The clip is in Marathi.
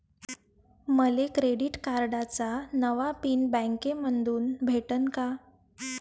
मले क्रेडिट कार्डाचा नवा पिन बँकेमंधून भेटन का?